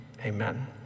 amen